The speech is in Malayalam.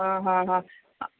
ആ ഹ ഹ